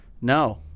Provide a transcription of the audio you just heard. No